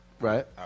right